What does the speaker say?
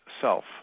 self